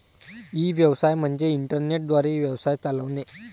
E व्यवसाय म्हणजे internet द्वारे व्यवसाय चालवणे